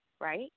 right